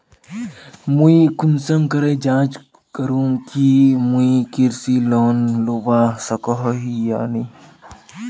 मुई कुंसम करे जाँच करूम की मुई कृषि लोन लुबा सकोहो ही या नी?